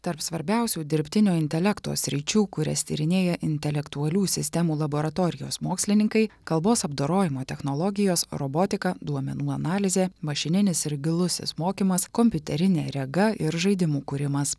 tarp svarbiausių dirbtinio intelekto sričių kurias tyrinėja intelektualių sistemų laboratorijos mokslininkai kalbos apdorojimo technologijos robotika duomenų analizė mašininis ir gilusis mokymas kompiuterinė rega ir žaidimų kūrimas